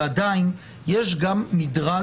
ועדיין יש גם מדרג